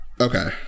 okay